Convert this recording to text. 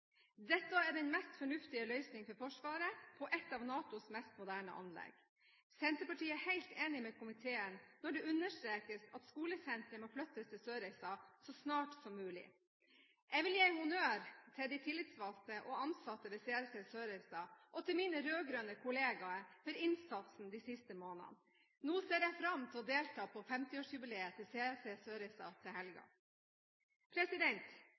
Dette er den mest fornuftige løsning for Forsvaret, på et av NATOs mest moderne anlegg. Senterpartiet er helt enig med komiteen når det understrekes at skolesenteret må flyttes til Sørreisa så snart som mulig. Jeg vil gi honnør til de tillitsvalgte og ansatte ved CRC Sørreisa og til mine rød-grønne kollegaer for innsatsen de siste månedene. Nå ser jeg fram til å delta på 50-årsjubileet til CRC Sørreisa til helga. Det er i